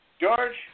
George